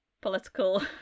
political